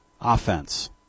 offense